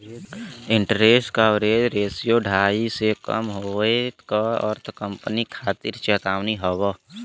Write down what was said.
interest coverage ratio ढाई से कम होये क अर्थ कंपनी खातिर चेतावनी हौ